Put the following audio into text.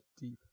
deep